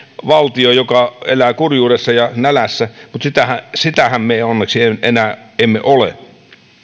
valtio joka elää kurjuudessa ja nälässä mutta sitähän sitähän me onneksi enää emme ole